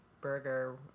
burger